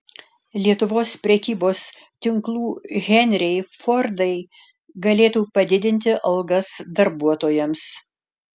lietuvos prekybos tinklų henriai fordai galėtų padidinti algas darbuotojams